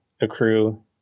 accrue